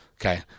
Okay